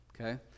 okay